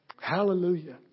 Hallelujah